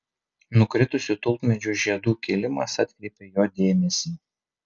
nukritusių tulpmedžių žiedų kilimas atkreipia jo dėmesį